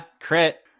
Crit